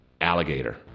alligator